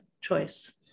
Choice